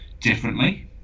differently